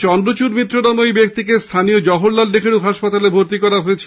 চন্দ্রচূড় মিত্র নামে ঐ ব্যক্তিকে স্থানীয় জওহরলাল নেহরু হাসপাতালে ভর্তি করা হয়েছে